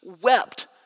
wept